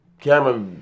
camera